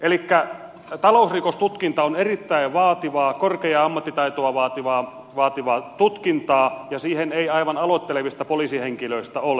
elikkä talousrikostutkinta on erittäin vaativaa korkeaa ammattitaitoa vaativaa tutkintaa ja siihen ei aivan aloittelevista poliisihenkilöistä ole